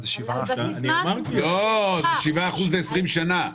זה 7%. זה 7% ל-20 שנה.